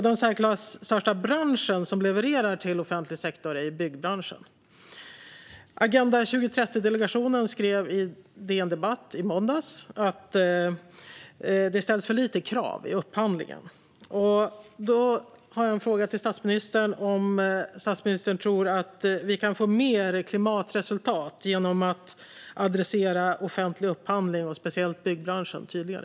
Den största branschen som levererar till offentlig sektor är byggbranschen. Agenda 2030-delegationen skrev på DN Debatt i måndags att det ställs för lite krav i upphandlingen. Då har jag en fråga till statsministern: Tror statsministern att vi kan få mer klimatresultat genom att adressera offentlig upphandling och speciellt byggbranschen tydligare?